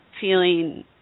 feeling